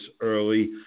early